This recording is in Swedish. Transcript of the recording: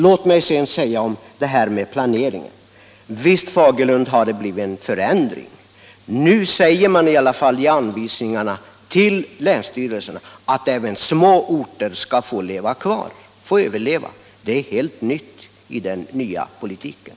Låt mig sedan säga något om planeringen. Visst, herr Fagerlund, har det blivit en förändring. Nu säger man i alla fall i hänvisningarna till länsstyrelserna att även små orter skall få leva kvar, få överleva. Det är helt nytt i den nya politiken.